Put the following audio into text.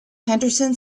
henderson